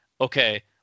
Okay